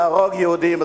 נהרוג יהודים,